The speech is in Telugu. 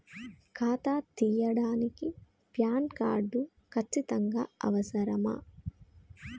ఖాతా తీయడానికి ప్యాన్ కార్డు ఖచ్చితంగా అవసరమా?